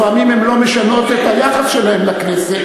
לפעמים הן לא משנות את היחס שלהן לכנסת,